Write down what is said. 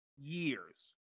years